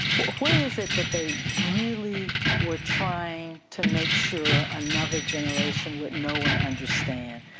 what is it that they really were trying to make sure another generation would know and understand?